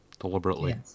deliberately